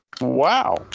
Wow